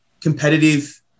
competitive